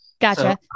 Gotcha